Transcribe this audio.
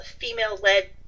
female-led